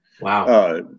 Wow